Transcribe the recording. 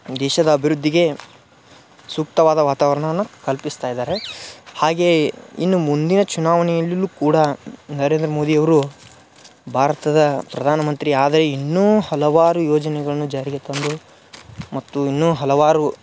ದೇಶದ ಅಭಿವೃದ್ಧಿಗೆ ಸೂಕ್ತವಾದ ವಾತಾವರ್ಣವನ್ನು ಕಲ್ಪಿಸ್ತಾ ಇದ್ದಾರೆ ಹಾಗೆ ಇನ್ನು ಮುಂದಿನ ಚುನಾವಣೆಯಲ್ಲುಲು ಕೂಡ ನರೇಂದ್ರ ಮೋದಿಯವರು ಭಾರತದ ಪ್ರಧಾನ ಮಂತ್ರಿ ಆದರೆ ಇನ್ನೂ ಹಲವಾರು ಯೋಜನೆಗಳ್ನು ಜಾರಿಗೆ ತಂದು ಮತ್ತು ಇನ್ನೂ ಹಲವಾರು